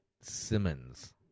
Simmons